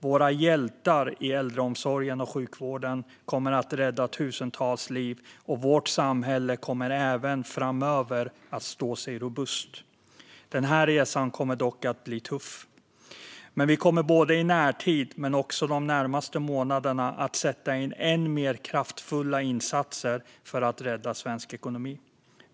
Våra hjältar i äldreomsorgen och sjukvården kommer att rädda tusentals liv, och vårt samhälle kommer även framöver att stå robust. Den här resan kommer dock att bli tuff. Men vi kommer både i närtid och de närmaste månaderna att sätta in än mer kraftfulla insatser för att rädda svensk ekonomi.